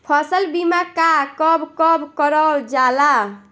फसल बीमा का कब कब करव जाला?